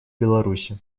беларуси